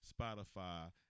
Spotify